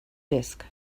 disk